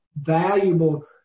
valuable